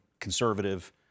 conservative